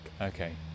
Okay